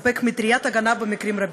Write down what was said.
מספק מטריית הגנה במקרים רבים.